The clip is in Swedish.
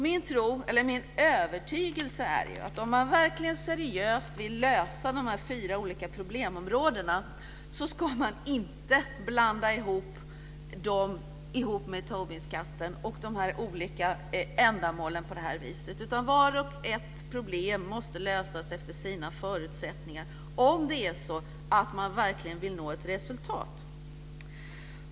Min tro, eller min övertygelse, är att om man verkligen seriöst vill lösa de här fyra olika problemområdena ska man inte blanda ihop dem med Tobinskatten och de olika andra ändamålen. Varje problem måste lösas efter sina förutsättningar om man verkligen vill nå ett resultat.